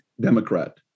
Democrat